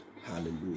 Hallelujah